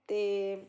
ਅਤੇ